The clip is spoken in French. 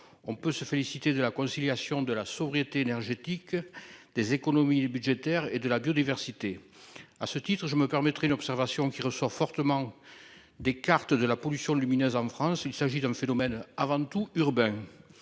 On peut se féliciter de la conciliation de la sobriété énergétique des économies budgétaires et de la biodiversité. À ce titre je me permettrai observation qui ressort fortement des cartes de la pollution lumineuse. En France, il s'agit d'un phénomène avant tout urbain.